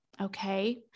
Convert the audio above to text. okay